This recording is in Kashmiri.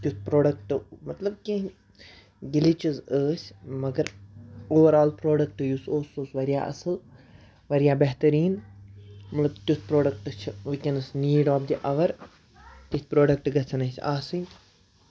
تیُتھ پرٛوڈَکٹہٕ مطلب کیٚنٛہہ گِلِچٔز ٲسۍ مَگر اوٚور آل پرٛوڈَکٹ یُس اوس سُہ اوس واریاہ اَصٕل واریاہ بہتریٖن مطلب تیُتھ پرٛوڈَکٹ چھُ ؤنکیٚنس نیٖڈ آف دِ اَور تِتھۍ پروڈَکٹہٕ گژھن اَسہِ آسٕنۍ